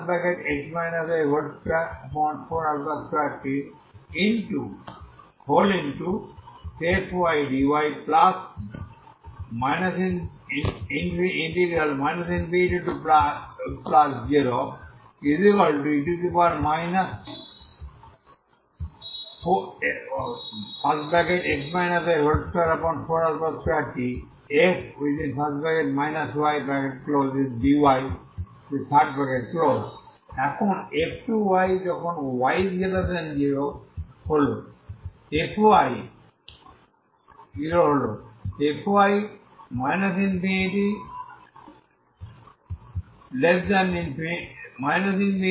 x014α2πt0e 242tfdy ∞0e x y242tfdy এখন f2yযখন y0হল fy